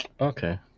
Okay